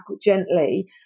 gently